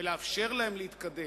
ולאפשר להן להתקדם.